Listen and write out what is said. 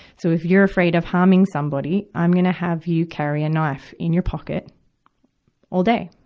so if you're afraid of harming somebody, i'm gonna have you carry a knife in your pocket all day,